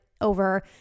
over